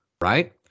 Right